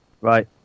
right